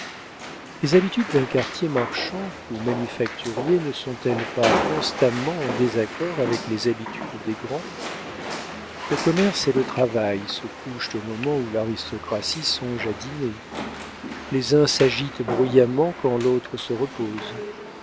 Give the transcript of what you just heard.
les habitudes d'un quartier marchand ou manufacturier ne sont-elles pas constamment en désaccord avec les habitudes des grands le commerce et le travail se couchent au moment où l'aristocratie songe à dîner les uns s'agitent bruyamment quand l'autre se repose